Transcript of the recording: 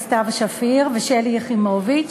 סתיו שפיר ושלי יחימוביץ.